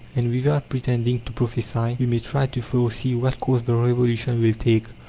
and, without pretending to prophesy, we may try to foresee what course the revolution will take,